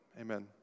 amen